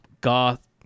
goth